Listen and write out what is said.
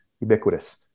Ubiquitous